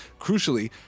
crucially